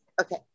Okay